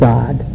God